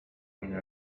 mnie